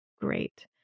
great